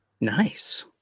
Nice